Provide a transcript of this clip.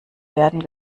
werden